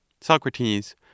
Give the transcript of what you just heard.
Socrates